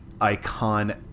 icon